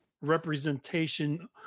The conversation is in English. representation